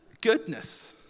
Goodness